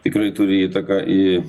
tikrai turi įtaką į